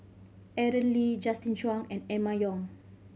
Aaron Lee Justin Zhuang and Emma Yong